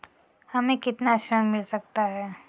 हमें कितना ऋण मिल सकता है?